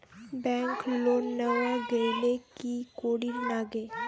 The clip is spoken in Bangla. ব্যাংক লোন নেওয়ার গেইলে কি করীর নাগে?